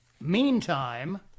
Meantime